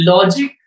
Logic